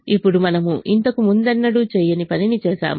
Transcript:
ఇప్పుడు మనము ఇంతకు ముందెన్నడూ చేయని పనిని చేసాము